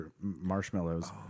marshmallows